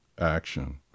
action